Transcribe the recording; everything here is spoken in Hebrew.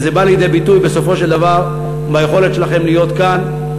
וזה בא לידי ביטוי בסופו של דבר ביכולת שלכם להיות כאן.